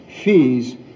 fees